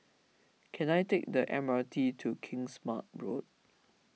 can I take the M R T to Kingsmead Road